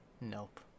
Nope